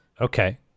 Okay